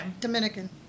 Dominican